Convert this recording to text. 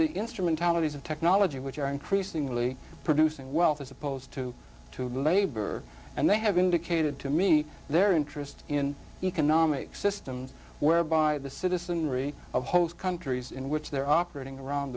the instrumentalities of technology which are increasingly producing wealth as opposed to to labor and they have indicated to me their interest in economic systems whereby the citizenry of host countries in which they're operating around